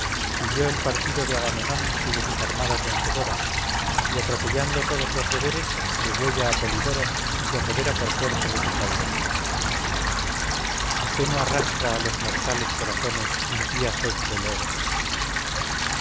siguió el partido de agamenón y de sus armadas vencedoras y atropellando todos los deberes degüella a polidoro y se apodera por fuerza de su caudal a qué no arrastras a los mortales corazones impía sed del oro